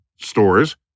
stores